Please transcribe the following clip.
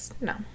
No